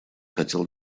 хотел